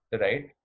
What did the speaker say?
right